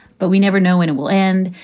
but we never know when it will end.